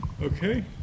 Okay